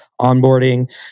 onboarding